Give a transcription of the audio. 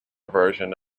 version